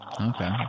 Okay